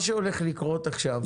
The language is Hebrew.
יש לך דקה לסיום.